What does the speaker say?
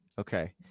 Okay